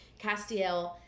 Castiel